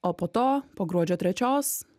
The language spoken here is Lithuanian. o poto po gruodžio trečios